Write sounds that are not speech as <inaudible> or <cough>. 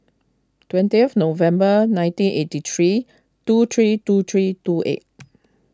twentieth November nineteen eighty three two three two three two eight <noise>